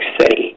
City